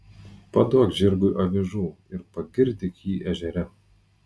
paduok žirgui avižų ir pagirdyk jį ežere